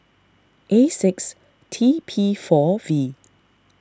A six T P four V